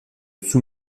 sous